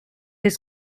his